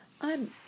I'm